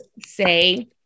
say